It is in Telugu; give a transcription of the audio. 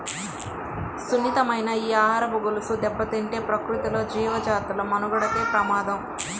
సున్నితమైన ఈ ఆహారపు గొలుసు దెబ్బతింటే ప్రకృతిలో జీవజాతుల మనుగడకే ప్రమాదం